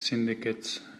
syndicated